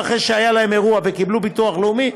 ואחרי שהיה להם אירוע וקיבלו ביטוח לאומי,